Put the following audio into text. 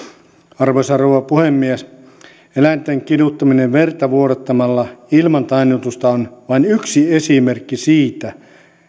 arvoisa rouva puhemies eläinten kiduttaminen verta vuodattamalla ilman tainnutusta on vain yksi esimerkki siitä